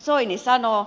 soini sanoo